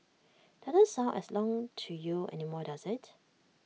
doesn't sound as long to you anymore does IT